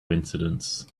incidents